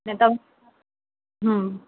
ને તમે હં